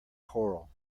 choral